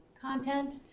content